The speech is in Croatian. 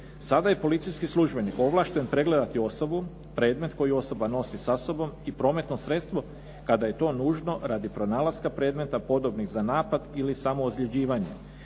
Sada je policijski službenik ovlašten pregledati osobu, predmet koji osoba nosi sa sobom i prometno sredstvo kada je to nužno radi pronalaska predmeta podobnih za napad ili samoozljeđivanje.